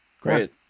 Great